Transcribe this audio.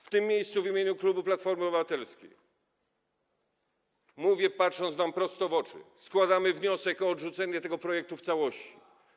W tym miejscu w imieniu klubu Platforma Obywatelska mówię, patrząc wam prosto w oczy: składamy wniosek o odrzucenie tego projektu w całości.